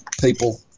people